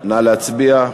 נא להצביע.